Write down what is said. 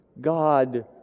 God